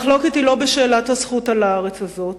המחלוקת היא לא בשאלת הזכות על הארץ הזאת.